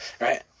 right